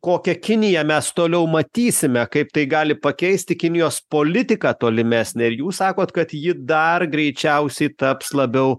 kokią kiniją mes toliau matysime kaip tai gali pakeisti kinijos politiką tolimesnę ir jūs sakot kad ji dar greičiausiai taps labiau